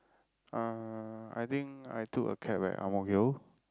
uh I think I took a cab at Ang-Mo-Kio